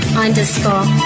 underscore